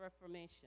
reformation